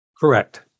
Correct